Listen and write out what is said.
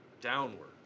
downward